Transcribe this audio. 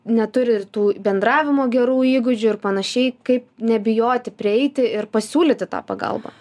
neturi ir tų bendravimo gerų įgūdžių ir panašiai kaip nebijoti prieiti ir pasiūlyti tą pagalbą